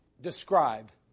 described